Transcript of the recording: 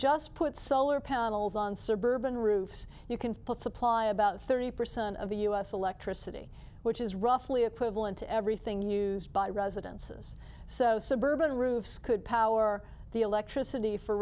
just put solar panels on suburban roofs you can put supply about thirty percent of the u s electricity which is roughly equivalent to everything used by residences so suburban roofs could power the electricity for